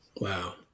wow